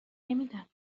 نمیدم